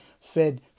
fed